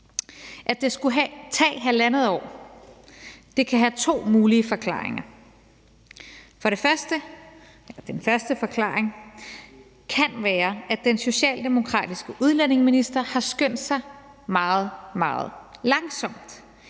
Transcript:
At det skulle tage halvandet år, kan have to mulige forklaringer. Den første forklaring kan være, at den socialdemokratiske udlændingeminister har skyndt sig meget, meget